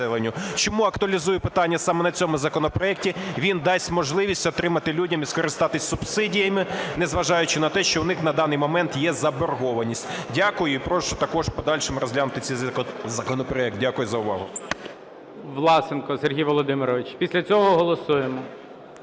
Чому актуалізую питання саме на цьому законопроекті? Він дасть можливість отримати людям і скористатися субсидіями, незважаючи на те, що у них на даний момент є заборгованість. Дякую. І прошу також в подальшому розглянути цей законопроект. Дякую за увагу. ГОЛОВУЮЧИЙ. Власенко Сергій Володимирович. Після цього голосуємо.